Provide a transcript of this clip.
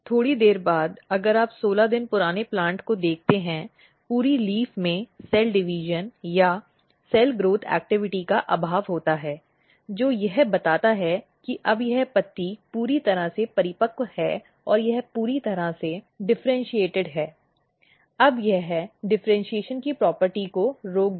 थोड़ी देर बाद अगर आप 16 दिन पुराने प्लांट को देखते हैं पूरी लीफ में कोशिका विभाजन या कोशिका वृद्धि गतिविधि का अभाव होता है जो यह बताता है कि अब यह पत्ती पूरी तरह से परिपक्व है यह पूरी तरह से विभेदित है अब यह डिफ़र्इन्शीएशन की प्रॉपर्टी को रोक देगा